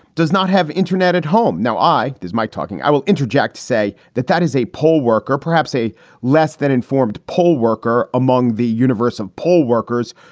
does not have internet at home. now, i does mike talking i will interject to say that that is a poll worker, perhaps a less than informed poll worker among the universe of poll workers.